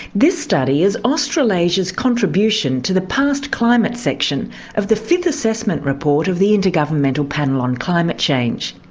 this study is australasia's contribution to the past climate section of the fifth assessment report of the intergovernmental panel on climate change.